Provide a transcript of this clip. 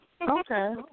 Okay